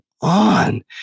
on